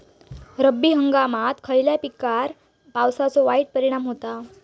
रब्बी हंगामात खयल्या पिकार पावसाचो वाईट परिणाम होता?